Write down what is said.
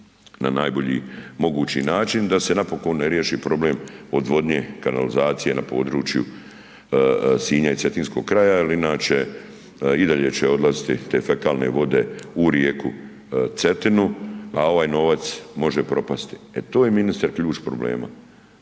na najbolji mogući način da se napokon riješi problem odvodnje, kanalizacije na području Sinja i Cetinskog kraja jer inače i dalje će odlaziti te fekalne vode u rijeku Cetinu, a ovaj novac može propasti, e to je ministre ključ problema.